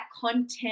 content